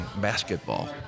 basketball